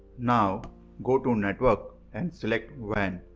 now go to network and select wan.